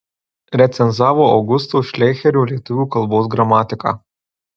recenzavo augusto šleicherio lietuvių kalbos gramatiką